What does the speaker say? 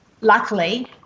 luckily